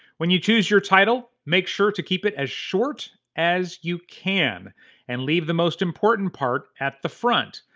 when you choose your title, make sure to keep it as short as you can and leave the most important part at the front.